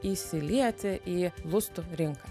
įsilieti į lustų rinką